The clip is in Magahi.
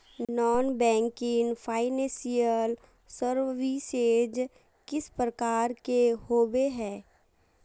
नॉन बैंकिंग फाइनेंशियल सर्विसेज किस प्रकार के होबे है?